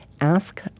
Ask